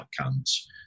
outcomes